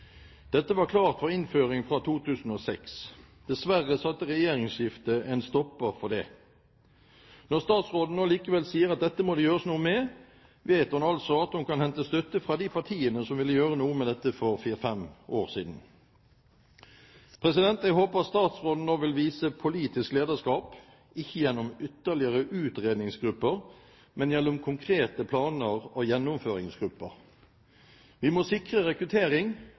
Dette var klart for innføring fra 2006. Dessverre satte regjeringsskiftet en stopper for det. Når statsråden nå likevel sier at dette må det gjøres noe med, vet hun altså at hun kan hente støtte fra de partiene som ville gjøre noe med dette for fire–fem år siden. Jeg håper statsråden nå vil vise politisk lederskap – ikke gjennom ytterligere utredningsgrupper, men gjennom konkrete planer og gjennomføringsgrupper. Vi må sikre rekruttering.